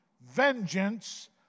vengeance